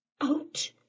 Out